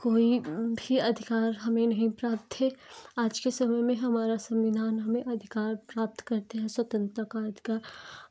कोई भी अधिकार हमें नहीं प्राप्त थे आज के समय में हमारा संविधान हमें अधिकार प्राप्त करता है स्वतंत्रता का अधिकार